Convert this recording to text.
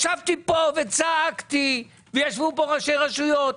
ישבתי פה וצעקתי, וישבו פה ראשי רשויות.